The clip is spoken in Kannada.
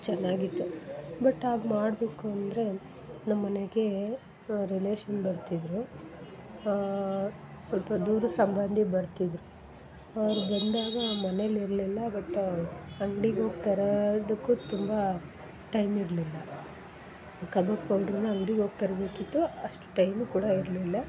ಚೆನ್ನಾಗಿತ್ತು ಬಟ್ ಹಾಗೆ ಮಾಡಬೇಕು ಅಂದರೆ ನಮ್ಮ ಮನೆಗೆ ರಿಲೇಶನ್ ಬರ್ತಿದ್ದರು ಸ್ವಲ್ಪ ದೂರದ ಸಂಬಂಧಿ ಬರ್ತಿದ್ದರು ಅವ್ರು ಬಂದಾಗ ನಾನು ಮನೆಲ್ಲಿ ಇರಲಿಲ್ಲ ಬಟ್ಟ ಅಂಗ್ಡಿಗೆ ಹೋಗಿ ತರದಕ್ಕೂ ತುಂಬ ಟೈಮ್ ಇರಲಿಲ್ಲ ಕಬಾಬ್ ಪೌಡ್ರನ್ನು ಅಂಗ್ಡಿಗೋಗಿ ತರಬೇಕಿತ್ತು ಅಷ್ಟು ಟೈಮು ಕೂಡ ಇರಲಿಲ್ಲ